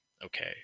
Okay